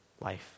life